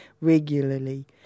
regularly